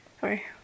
Sorry